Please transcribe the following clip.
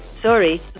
Sorry